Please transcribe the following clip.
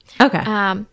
Okay